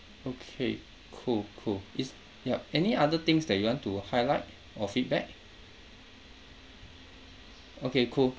okay cool cool is yup any other things that you want to highlight or feedback okay cool